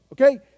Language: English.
Okay